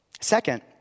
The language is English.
Second